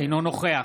אינו נוכח